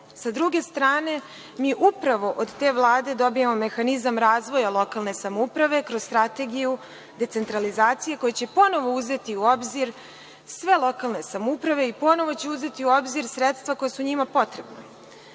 Sa druge strane, mi upravo od te Vlade dobijamo mehanizam razvoja lokalne samouprave kroz strategiju decentralizacije koja će ponovo uzeti u obzir sve lokalne samouprave i ponovo će uzeti u obzir sredstva koja su njima potrebna.